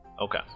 Okay